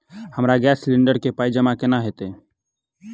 हमरा gas cylinder केँ पाई जमा केना हएत?